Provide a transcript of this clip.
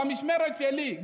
במשמרת שלי,